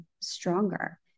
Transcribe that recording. stronger